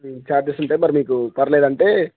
మీ charges ఉంటే మరి మీకు పర్లేదుంటే